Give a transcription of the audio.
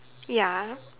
ya